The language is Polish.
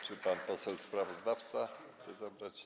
Czy pan poseł sprawozdawca chce zabrać głos?